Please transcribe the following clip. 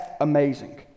amazing